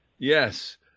Yes